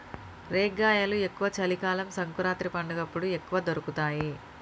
రేగ్గాయలు ఎక్కువ చలి కాలం సంకురాత్రి పండగప్పుడు ఎక్కువ దొరుకుతాయి